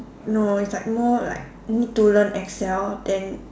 no it's like more like need to learn Excel then